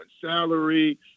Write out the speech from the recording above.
salary